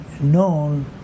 known